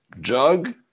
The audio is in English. jug